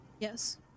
Yes